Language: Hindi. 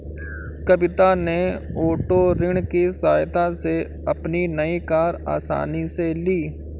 कविता ने ओटो ऋण की सहायता से अपनी नई कार आसानी से ली